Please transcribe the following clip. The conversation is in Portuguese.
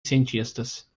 cientistas